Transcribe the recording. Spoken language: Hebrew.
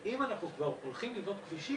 אם אנחנו כבר הולכים לבנות כבישים,